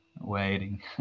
waiting